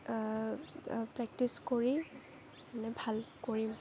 practice কৰি মানে ভাল কৰিম